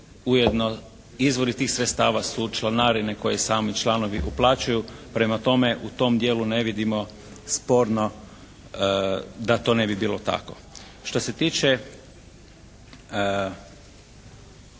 ujedno izvori tih sredstava su članarine koje sami članovi uplaćuju. Prema tome, u tom dijelu ne vidimo sporno da to ne bi bilo tako. Što se tiče